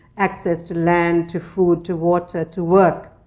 access to land, to food, to water, to work,